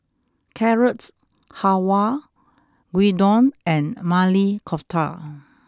Carrot Halwa Gyudon and Maili Kofta